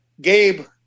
Gabe